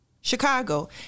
Chicago